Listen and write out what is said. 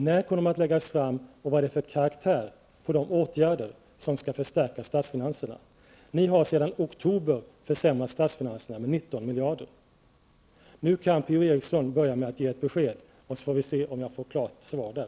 När kommer de att läggas fram, och vad är det för karaktär på de åtgärder som skall förstärka statsfinanserna? Ni har sedan oktober försämrat statsfinanserna med 19 miljarder. Nu kan P-O Eriksson börja med att ge ett besked, och så får vi se om jag får ett klart svar där.